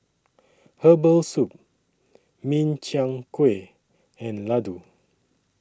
Herbal Soup Min Chiang Kueh and Laddu